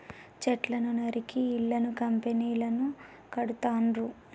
చెట్లను నరికి ఇళ్లను కంపెనీలను కడుతాండ్రు